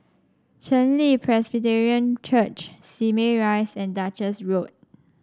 Chen Li Presbyterian Church Simei Rise and Duchess Road